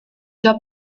già